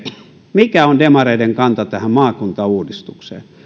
mikä on demareiden kanta tähän maakuntauudistukseen